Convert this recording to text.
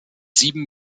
sieben